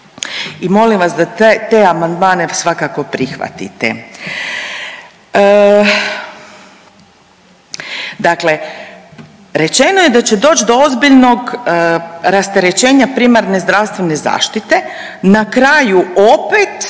I molim vas da te amandmane svakako prihvatite. Dakle, rečeno je da će doći do ozbiljnog rasterećenja primarne zdravstvene zaštite. Na kraju, opet